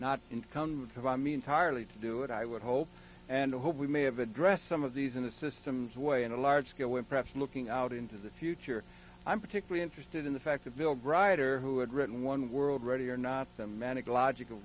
not income would have i'm entirely to do it i would hope and hope we may have addressed some of these in the systems way in a large scale when perhaps looking out into the future i'm particularly interested in the fact that build writer who had written one world ready or not the manic logical